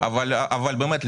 אבל באמת,